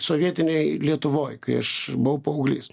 sovietinėj lietuvoj kai aš buvau paauglys